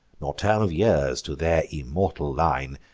nor term of years to their immortal line.